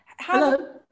Hello